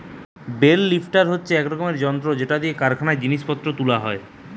bell lifter হচ্ছে এক রকমের যন্ত্র যেটা দিয়ে কারখানায় জিনিস পত্র তুলা হয়